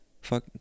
fuck